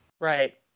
right